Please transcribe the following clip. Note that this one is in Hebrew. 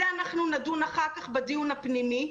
זה אנחנו נדון אחר כך בדיון הפנימי.